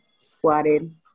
squatted